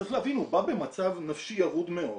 צריך להבין, הוא בא במצב נפשי ירוד מאוד,